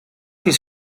his